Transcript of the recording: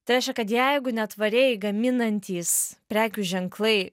tai reiškia kad jeigu netvariai gaminantys prekių ženklai